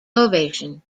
ovation